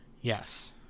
yes